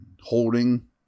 holding